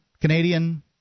Canadian